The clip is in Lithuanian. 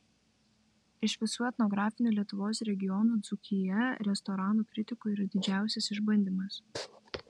iš visų etnografinių lietuvos regionų dzūkija restoranų kritikui yra didžiausias išbandymas